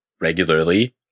regularly